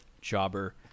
jobber